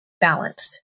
balanced